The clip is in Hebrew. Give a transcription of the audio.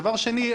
דבר שני,